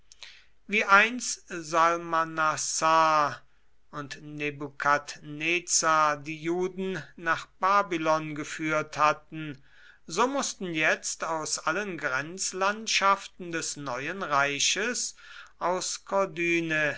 wie einst salmanassar und nebukadnezar die juden nach babylon geführt hatten so mußten jetzt aus allen grenzlandschaften des neuen reiches aus